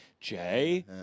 Jay